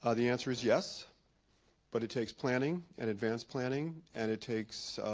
ah the answer is yes but it takes planning and advanced planning and it takes